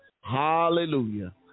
Hallelujah